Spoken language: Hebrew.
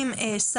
תודה רבה.